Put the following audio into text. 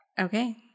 Okay